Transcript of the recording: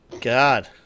god